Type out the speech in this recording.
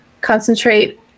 concentrate